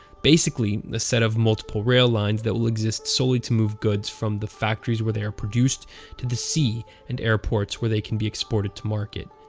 basically a set of multiple rail lines that will exist solely to move goods from the factories where they are produced to the sea and airports where they can be exported to market.